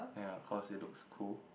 yeah cause it looks cool